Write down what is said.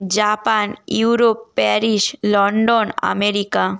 Japan Europe Paris London America